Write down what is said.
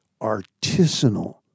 artisanal